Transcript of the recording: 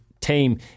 team